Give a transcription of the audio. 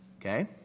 Okay